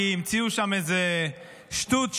כי המציאו שם איזו שטות,